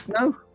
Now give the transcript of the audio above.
no